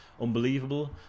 unbelievable